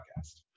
podcast